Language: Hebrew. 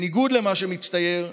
בניגוד למה שמצטייר,